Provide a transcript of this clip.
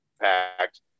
impact